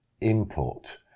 input